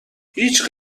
هیچ